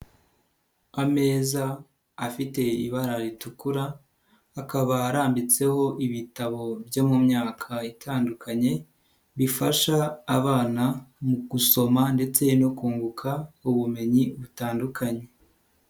Ameza afite ibara ritukura akaba arambitseho ibitabo byo mu myaka itandukanye bifasha abana mu gusoma ndetse no kunguka ubumenyi butandukanye.